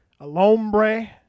Alombre